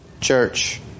church